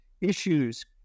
issues